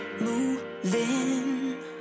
moving